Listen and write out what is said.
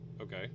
Okay